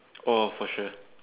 oh for sure